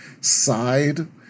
side